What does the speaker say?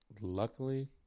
Luckily